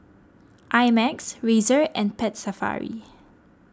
I Max Razer and Pet Safari